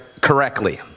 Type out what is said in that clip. correctly